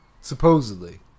Supposedly